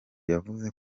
yavuze